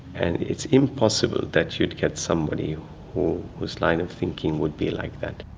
and it's impossible that you'd get somebody whose line of thinking would be like that.